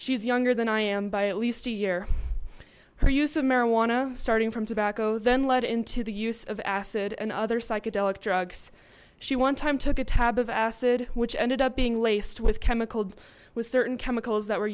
she's younger than i am by at least a year her use of marijuana starting from tobacco then led into the use of acid and other psychedelic drugs she wanted time took a tab of acid which ended up being laced with chemical with certain chemicals that were